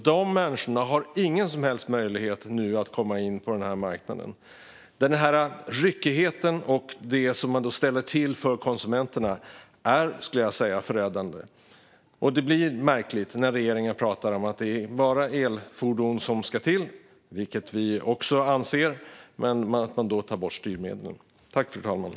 De människorna har nu ingen möjlighet att komma in på den marknaden. Ryckigheten och det som man nu har ställt till för konsumenterna är förödande, skulle jag säga. Det blir märkligt när regeringen pratar om att det bara är elfordon som ska till. Det anser vi i och för sig också, men det är märkligt att regeringen då tar bort styrmedlen.